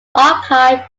archive